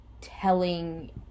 telling